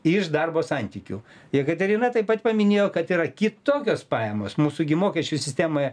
iš darbo santykių jekaterina taip pat paminėjo kad yra kitokios pajamos mūsų gi mokesčių sistemoje